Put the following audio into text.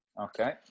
Okay